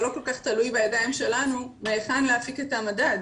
זה לא כל כך תלוי בידיים שלנו מהיכן להפיק את המדד.